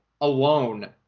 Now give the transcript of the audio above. alone